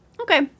Okay